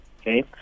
okay